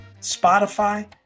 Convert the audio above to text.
Spotify